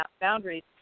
boundaries